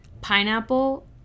pineapple